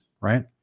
Right